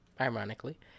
ironically